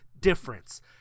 difference